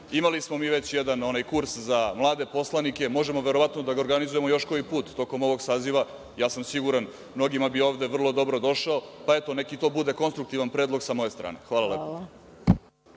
imali smo mi već jedan kurs za mlade poslanike, možemo verovatno da ga organizujemo još koji put tokom ovog saziva. Ja sam siguran da bi mnogima ovde vrlo dobro došao. Eto, neka to bude konstruktivni predlog sa moje strane. Hvala.